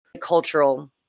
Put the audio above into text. cultural